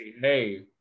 Hey